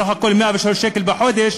שהוא סך הכול 103 שקל בחודש.